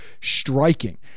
striking